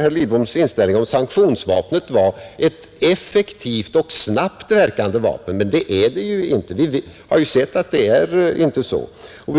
herr Lidboms inställning om sanktionsvapnet varit ett effektivt och snabbt verkande vapen, men vi har ju sett att det är det inte.